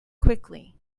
quickly